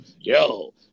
Yo